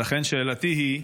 ולכן שאלתי היא,